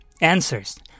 Answers